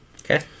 Okay